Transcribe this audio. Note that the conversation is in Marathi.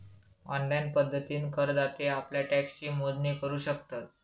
ऑनलाईन पद्धतीन करदाते आप्ल्या टॅक्सची मोजणी करू शकतत